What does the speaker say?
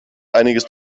einiges